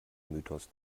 mythos